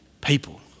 people